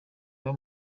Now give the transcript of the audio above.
baba